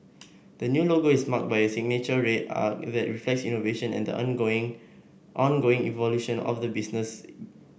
the new logo is marked by a signature red arc that reflects innovation and the ongoing ongoing evolution of the business